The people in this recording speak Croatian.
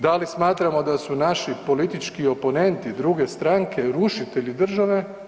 Da li smatramo da su naši politički oponenti, druge stranke, rušitelji države?